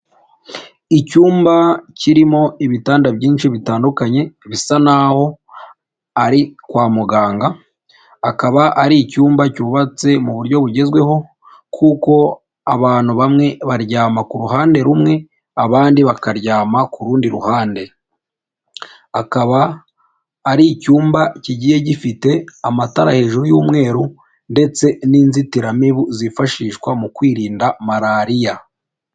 Icyumba kirimo ibitanda byinshi bitandukanye bisa naho ari kwa muganga akaba ari icyumba cyubatse mu buryo bugezweho kuko abantu bamwe baryama ku ruhande rumwe abandi bakaryama ku rundi ruhande, akaba ari icyumba kigiye gifite amatara hejuru y'umweru ndetse n'inzitiramibu zifashishwa mu kwirinda malariya.